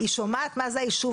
היא שומעת מה זה היישוב.